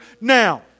now